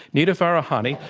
nita farahany,